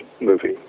movie